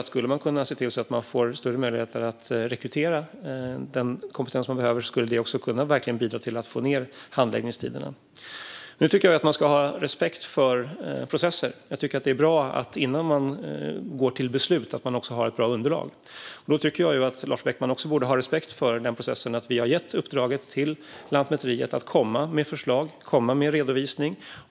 Skulle man kunna se till att de får större möjligheter att rekrytera den kompetens de behöver tror jag att det skulle kunna bidra till att handläggningstiderna kortas. Nu tycker jag att man ska ha respekt för processer. Jag tycker att det är bra att man, innan man går till beslut, har ett bra underlag. Jag tycker att Lars Beckman också borde ha respekt för den processen. Vi har gett Lantmäteriet i uppdrag att komma med förslag och komma med en redovisning.